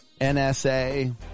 NSA